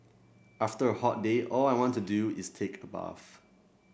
after a hot day all I want to do is take a bath